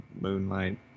moonlight